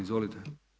Izvolite.